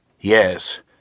Yes